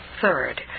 Third